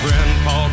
Grandpa